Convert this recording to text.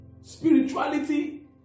Spirituality